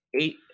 eight